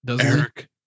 Eric